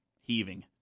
heaving